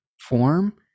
form